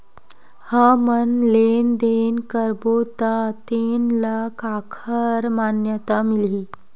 हमन लेन देन करबो त तेन ल काखर मान्यता मिलही?